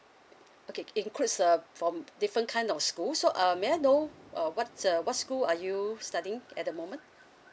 okay includes uh from different kind of school so um may I know uh what's the what school are you studying at the moment